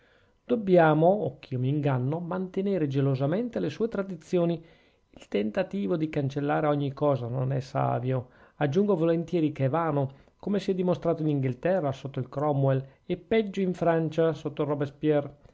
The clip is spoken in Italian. dobbiamo o ch'io m'inganno mantenere gelosamente le sue tradizioni il tentativo di cancellare ogni cosa non è savio aggiungo volentieri che è vano come si è dimostrato in inghilterra sotto il cromwell e peggio in francia sotto il robespierre